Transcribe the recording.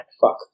fuck